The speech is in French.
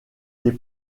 des